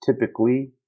typically